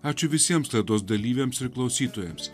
ačiū visiems laidos dalyviams ir klausytojams